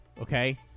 okay